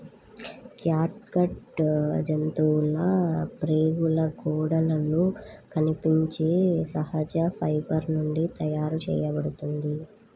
catgut జంతువుల ప్రేగుల గోడలలో కనిపించే సహజ ఫైబర్ నుండి తయారు చేయబడుతుంది